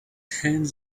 hands